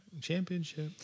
championship